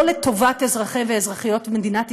לא לטובת אזרחי ואזרחיות מדינת ישראל,